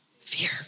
fear